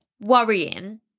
worrying